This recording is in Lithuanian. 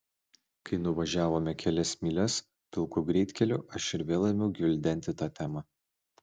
kai nuvažiavome kelias mylias pilku greitkeliu aš ir vėl ėmiau gvildenti tą temą